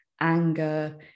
anger